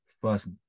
first